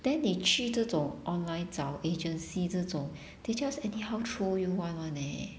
then they 去这种 online 找 agency 这种 they just anyhow throw you one one leh